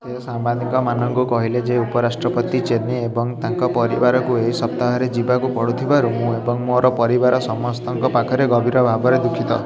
ସେ ସାମ୍ବାଦିକମାନଙ୍କୁ କହିଲେ ଯେ ଉପରାଷ୍ଟ୍ରପତି ଚେନୀ ଏବଂ ତାଙ୍କ ପରିବାରକୁ ଏହି ସପ୍ତାହରେ ଯିବାକୁ ପଡୁଥିବାରୁ ମୁଁ ଏବଂ ମୋର ପରିବାର ସମସ୍ତଙ୍କ ପାଖରେ ଗଭୀର ଭାବରେ ଦୁଃଖିତ